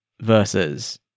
versus